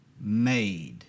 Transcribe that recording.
made